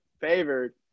favored